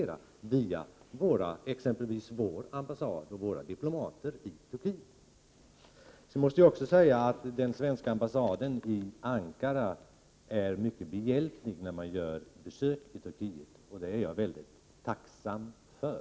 Sverige kan exempelvis göra det genom vår ambassad och våra diplomater i Turkiet. Jag måste också säga att den svenska ambassaden i Ankara gärna är behjälplig vid ett besök i Turkiet, och det är jag mycket tacksam för.